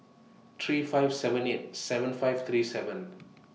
three five seven eight seven five three seven